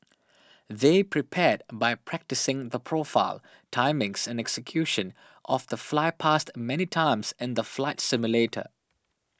they prepared by practising the profile timings and execution of the flypast many times in the flight simulator